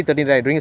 oh